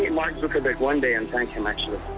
and mark zuckerberg one day and thank him, actually.